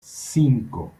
cinco